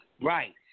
Right